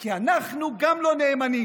כי גם אנחנו לא נאמנים,